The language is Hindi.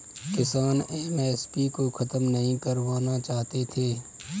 किसान एम.एस.पी को खत्म नहीं करवाना चाहते थे